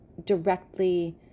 directly